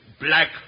black